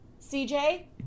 CJ